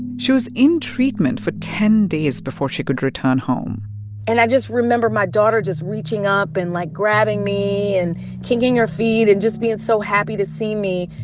she was in treatment for ten days before she could return home and i just remember my daughter just reaching up and, like, grabbing me and kicking her feet and just being so happy to see me.